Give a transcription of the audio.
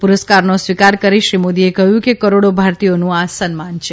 પુરસ્કારનો સ્વીકાર કરી શ્રી મોદીએ કહ્યું કે કરોડો ભારતીયોનું આ સન્માન છે